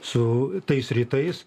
su tais rytais